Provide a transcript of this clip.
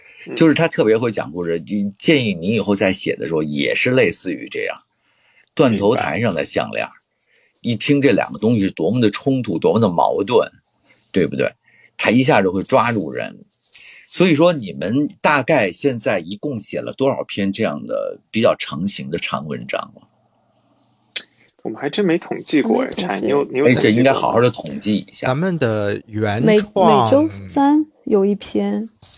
嗯。就是他特别会讲故事，你建议你以后在写的时候也是类似于这样，断头台上的项链儿，明白。一听这两个东西是多么的冲突，多么的矛盾，对不对？他一下就会抓住人。所以说你们大概现在一共写了多少篇这样的比较成型的长文章了？我们还真没统计过哎，还没柴，统计。你有- 你有哎，这统计应该过吗？好好地统计一下。咱们的原每- 每创-周三有一篇。嗯。